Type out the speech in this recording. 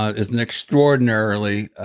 ah is an extraordinarily,